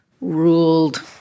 ruled